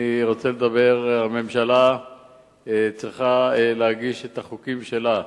אני רוצה לדבר, הממשלה צריכה להגיש את החוקים שלה,